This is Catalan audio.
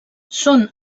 són